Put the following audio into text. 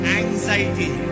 anxiety